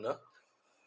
ner